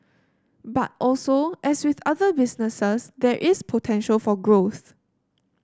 but also as with other businesses there is potential for growth